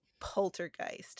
Poltergeist